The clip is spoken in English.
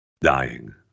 dying